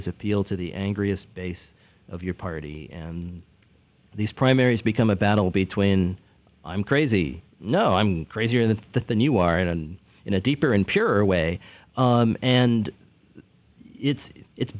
is appeal to the angriest base of your party and these primaries become a battle between i'm crazy no i'm crazier than the new are and in a deeper and purer way and it's it's